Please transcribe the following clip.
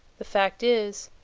the fact is,